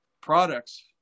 products